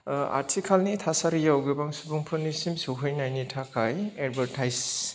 ओ आथिखालनि थासारिआव गोबां सुबुंफोरनिसिम सौहैनायनि थाखाय एडभार्टाइज